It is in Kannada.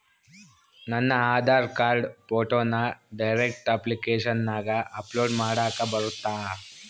ನನ್ನ ಆಧಾರ್ ಕಾರ್ಡ್ ಫೋಟೋನ ಡೈರೆಕ್ಟ್ ಅಪ್ಲಿಕೇಶನಗ ಅಪ್ಲೋಡ್ ಮಾಡಾಕ ಬರುತ್ತಾ?